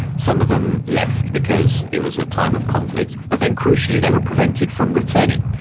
some of them left because it was a time of conflict, but then crucially they were prevented from returning,